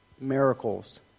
miracles